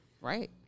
Right